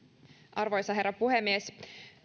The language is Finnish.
arvoisa herra puhemies